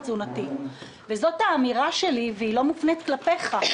זאת האמירה שלי, שלא מופנית כלפיך,